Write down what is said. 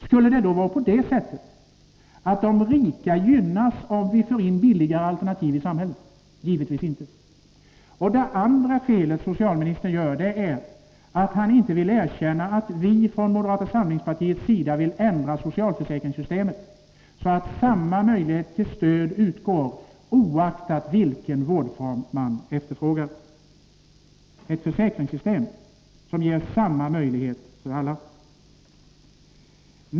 Skulle det vara så, att de rika gynnas av att vi får in billigare alternativ i samhället? Givetvis inte. För det andra gör socialministern fel när han inte vill erkänna att vi i moderata samlingspartiet vill ändra på socialförsäkringssystemet, så att samma möjlighet till stöd föreligger oavsett vilken vårdform man efterfrågar. Vi vill ha ett försäkringssystem som ger samma möjligheter för alla.